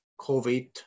COVID